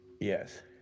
Yes